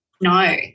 no